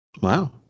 Wow